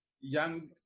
young